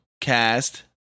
cast